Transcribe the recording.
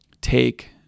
take